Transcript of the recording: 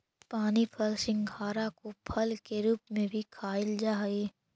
पानी फल सिंघाड़ा को फल के रूप में भी खाईल जा हई